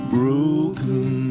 broken